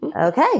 Okay